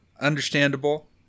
understandable